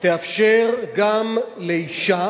תאפשר גם לאשה